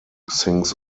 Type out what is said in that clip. sings